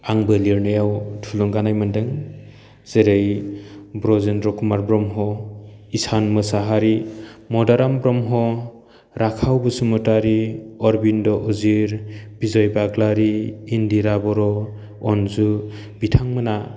आंबो लिरनायाव थुलुंगानाय मोनदों जेरै ब्रजेन्द्र कुमार ब्रह्म ईसान मोसोहारी मदाराम ब्रह्म राखाव बसुमतारि अरबीन्द उजिर बिजय बाग्लारी इन्दिरा बर' अनजु बिथांमोनहा